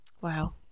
Wow